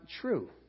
true